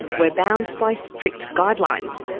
we're bound by strict guidelines,